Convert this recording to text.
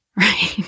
right